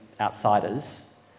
outsiders